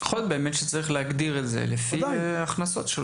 יכול להיות שבאמת צריך להגדיר את זה לפי ההכנסות של אותה רשות.